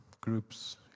groups